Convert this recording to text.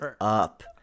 up